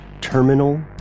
terminal